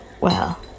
Well